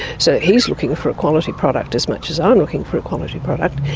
so he's looking for a quality product as much as i'm looking for a quality product,